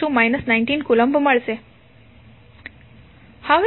63910 16 coulomb મળશે